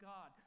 God